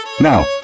Now